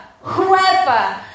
whoever